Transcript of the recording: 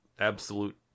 Absolute